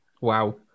Wow